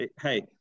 hey